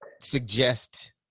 suggest